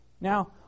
Now